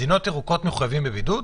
מדינות ירוקות מחויבות בבידוד?